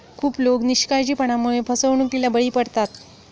खूप लोक निष्काळजीपणामुळे फसवणुकीला बळी पडतात